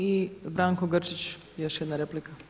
I Branko Grčić, još jedna replika.